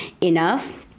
enough